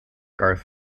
garth